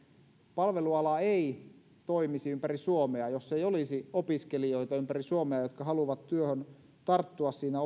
palveluala ei toimisi ympäri suomea jos ei olisi ympäri suomea opiskelijoita jotka haluavat työhön tarttua siinä